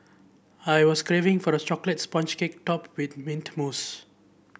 I was craving for a chocolate sponge cake topped with mint mousse